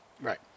Right